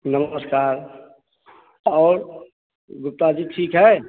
नमस्कार और गुप्ता जी ठीक है